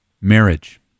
marriage